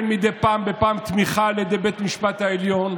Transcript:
הקואליציה לראשונה נעזרת בחברי הכנסת הערבים.